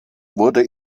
wurde